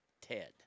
Ted